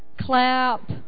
clap